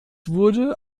wurde